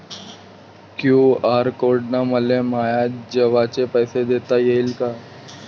QR code न मले माये जेवाचे पैसे देता येईन का?